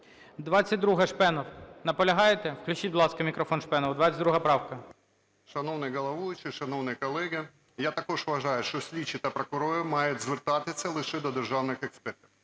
22-а, Шпенов. Наполягаєте? Включіть, будь ласка, мікрофон Шпенову, 22 правка. 13:02:01 ШПЕНОВ Д.Ю. Шановний головуючий, шановні колеги! Я також вважаю, що слідчі та прокурори мають звертатися лише до державних експертів.